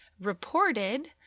reported